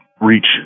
reach